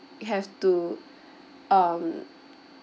have to um